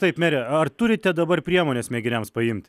taip mere ar turite dabar priemones mėginiams paimti